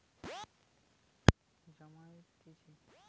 লোক যখন কোন কাজের লিগে টাকা জমাইতিছে